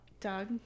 dog